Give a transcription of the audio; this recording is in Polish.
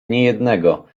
niejednego